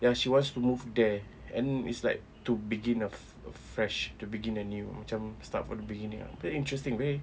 ya she wants to move there and it's like to begin a a fresh to begin a new macam start from the beginning very interesting way